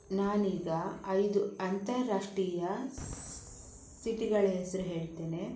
ನಾನೀಗ ಐದು ಅಂತಾರಾಷ್ಟ್ರೀಯ ಸಿಟಿಗಳ ಹೆಸರು ಹೇಳ್ತೇನೆ